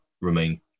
remain